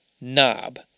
knob